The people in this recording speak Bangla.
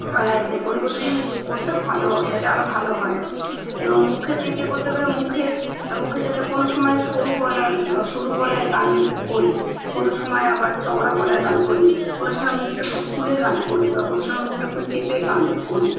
পরিবেশন করতে ভালো হয় যাতে আরো ভালো হয় এবং মুখের দিক দিয়ে বলতে গেলে মুখের মুখের যাতে কোনো সময় সরু গলায় সরু গলায় গান করি কোনো সময় আবার চওড়া গলায় গান করি কোনো সময় মুখটা একটু খুলে গান করি বা কোনো সময় মুখটা একটু চেপে গান করি